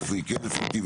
איפה היא כן אפקטיבית,